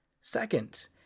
Second